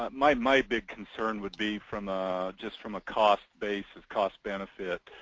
um my, my big concern would be from a, just from a cost base is cost-benefit.